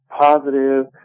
positive